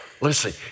listen